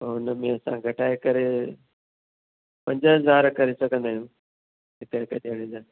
हुन में असां घटाए करे पंज हज़ार करे सघंदा आहियूं हिकु हिकु ॼणे जा